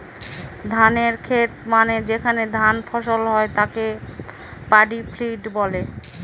ধানের খেত মানে যেখানে ধান ফসল হয় তাকে পাডি ফিল্ড বলে